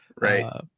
Right